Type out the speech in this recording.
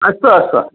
अस्तु अस्तु